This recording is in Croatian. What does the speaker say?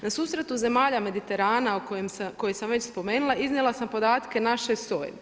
Na susretu zemalja Mediterana koje sam već spomenula, iznijela sam podatke naše SOA-e.